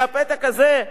מהפתק הזה?